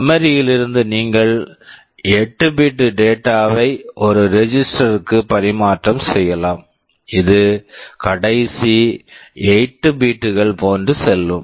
memory memory யிலிருந்து நீங்கள் 8 bit bit data data வை ஒரு ரெஜிஸ்டர் register க்கு பரிமாற்றம் செய்யலாம் இது கடைசி 8 பிட் bit கள் போன்று செல்லும்